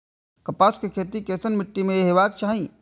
कपास के खेती केसन मीट्टी में हेबाक चाही?